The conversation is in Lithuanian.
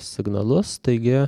signalus taigi